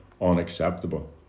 unacceptable